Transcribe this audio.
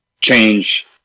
change